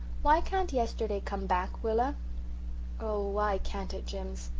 why can't yesterday come back, willa oh, why can't it, jims?